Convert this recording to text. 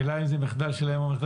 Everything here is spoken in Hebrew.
השאלה אם זה מחדל שלהם או מחדל